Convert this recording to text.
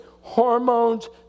hormones